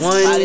One